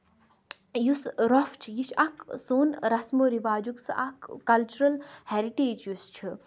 یُس رۄپھ چھُ یہِ چھُ اکھ سون رَسمو رِواجُک سُہ اکھ کَلچُرل ہیرِٹیج یُس چھُ